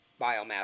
biomass